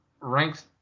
ranked